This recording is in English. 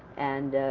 and